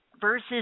versus